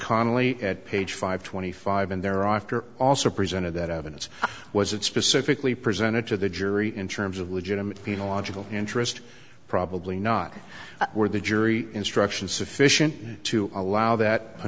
connally at page five twenty five and thereafter also presented that evidence was it specifically presented to the jury in terms of legitimate being a logical interest probably not where the jury instruction is sufficient to allow that a